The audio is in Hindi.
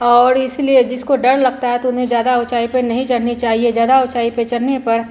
और इसलिए जिसको डर लगता है तो उन्हें ज़्यादा ऊँचाई पर नहीं चढ़ना चाहिए ज़्यादा ऊँचाई पर चढ़ने पर